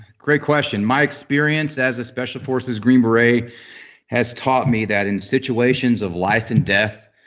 great question. my experience as a special forces green beret has taught me that in situations of life and death,